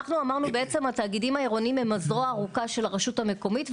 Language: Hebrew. אנחנו אמרנו שהתאגידים העירוניים הן הזרוע הארוכה של הרשות המקומית,